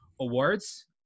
awards